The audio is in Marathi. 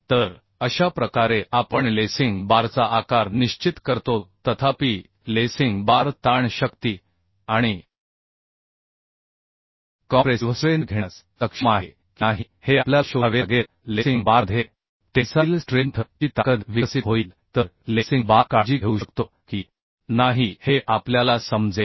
तर अशा प्रकारे आपण लेसिंग बारचा आकार निश्चित करतो तथापि लेसिंग बार ताण शक्ती आणि कॉम्प्रेसिव्ह स्ट्रेंथ घेण्यास सक्षम आहे की नाही हे आपल्याला शोधावे लागेल लेसिंग बारमध्ये टेन्साइल स्ट्रेंथ ची ताकद विकसित होईल तर लेसिंग बार काळजी घेऊ शकतो की नाही हे आपल्याला समजेल